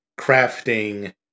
crafting